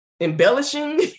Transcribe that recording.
embellishing